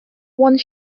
one